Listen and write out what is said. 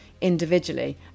individually